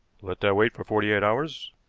let that wait for forty-eight hours,